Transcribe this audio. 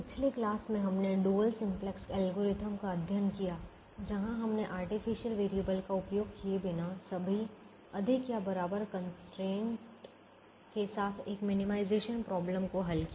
पिछली क्लास में हमने डुअल सिम्पलेक्स एल्गोरिथ्म का अध्ययन किया जहां हमने आर्टिफिशियल वेरिएबल का उपयोग किए बिना सभी अधिक या बराबर कंस्ट्रेंट के साथ एक मिनिमाइजेशन प्रॉब्लम को हल किया